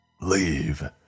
Leave